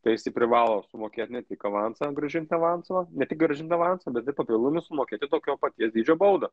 tai jisai privalo sumokėt ne tik avansą grąžint avansą ne tik grąžint avansą bet ir papildomus sumokėti tokio paties dydžio baudą